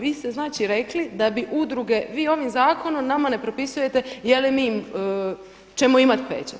Vi ste znači rekli da bi udruge, vi ovim zakonom nama ne propisujete je li mi ćemo imati pečat.